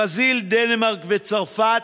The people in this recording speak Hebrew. ברזיל, דנמרק וצרפת,